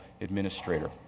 administrator